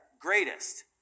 greatest